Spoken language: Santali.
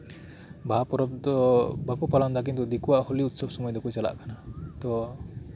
ᱵᱟᱦᱟ ᱯᱚᱨᱚᱵᱽ ᱫᱚ ᱵᱟᱠᱚ ᱯᱟᱞᱚᱱ ᱫᱟ ᱠᱤᱱᱛᱩ ᱫᱤᱠᱩᱣᱟᱜ ᱦᱚᱞᱤ ᱩᱛᱥᱚᱵ ᱥᱚᱢᱚᱭ ᱫᱚᱠᱚ ᱪᱟᱞᱟᱜ ᱠᱟᱱᱟ ᱛᱳ